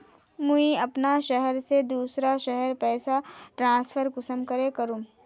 मुई अपना शहर से दूसरा शहर पैसा ट्रांसफर कुंसम करे करूम?